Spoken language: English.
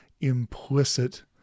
implicit